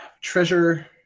Treasure